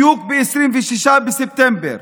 בדיוק ב-26 בספטמבר,